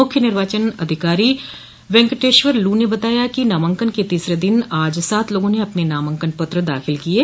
मुख्य निर्वाचन अधिकारी वेंकटेश्वर लू ने बताया कि नामांकन के तीसरे दिन आज कुल सात लोगों ने अपने नामांकन पत्र दाखिल किये